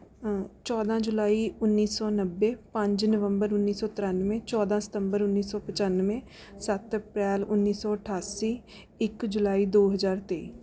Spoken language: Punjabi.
ਚੌਦ੍ਹਾਂ ਜੁਲਾਈ ਉੱਨੀ ਸੌ ਨੱਬੇ ਪੰਜ ਨਵੰਬਰ ਉੱਨੀ ਸੌ ਤ੍ਰਿਆਨਵੇਂ ਚੌਦ੍ਹਾਂ ਸਤੰਬਰ ਉੱਨੀ ਸੌ ਪਚਾਨਵੇਂ ਸੱਤ ਅਪ੍ਰੈਲ ਉੱਨੀ ਸੌ ਅਠਾਸੀ ਇੱਕ ਜੁਲਾਈ ਦੋ ਹਜ਼ਾਰ ਤੇਈ